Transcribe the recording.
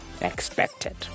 expected